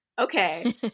Okay